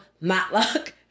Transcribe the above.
Matlock